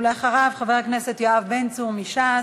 ואחריו, חבר הכנסת יואב בן צור מש"ס,